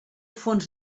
fons